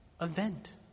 event